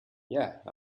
yeah